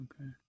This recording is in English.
Okay